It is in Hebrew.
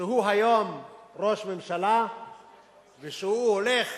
שהוא היום ראש ממשלה ושהוא הולך